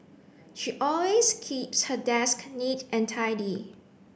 she always keeps her desk neat and tidy